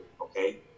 okay